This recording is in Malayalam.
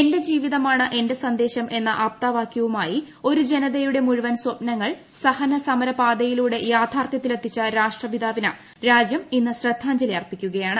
എന്റെ ജീവിതമാണ് എന്റെ സന്ദേശം എന്ന ആപ്തവാകൃവുമായി ഒരു ജനതയുടെ മുഴുവൻ സ്വപ്നങ്ങൾ സഹന സമരപാതയിലൂടെ യാഥാർത്ഥൃത്തിലെത്തിച്ച രാഷ്ട്രപിതാവിന് രാജൃം ഇന്ന് ശ്രദ്ധാഞ്ജലി അർപ്പിക്കുകയാണ്